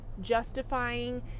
justifying